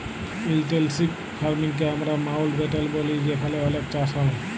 intensive farming কে আমরা মাউল্টব্যাটেল ব্যলি যেখালে অলেক চাষ হ্যয়